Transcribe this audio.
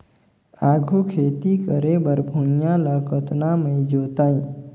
आघु खेती करे बर भुइयां ल कतना म जोतेयं?